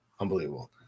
unbelievable